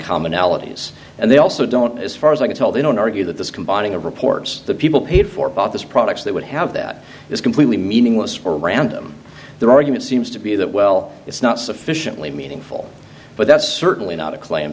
commonalities and they also don't as far as i can tell they don't argue that this combining of reports the people paid for bought this products they would have that is completely meaningless for random their argument seems to be that well it's not sufficiently meaningful but that's certainly not a cla